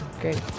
Great